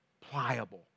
pliable